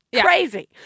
crazy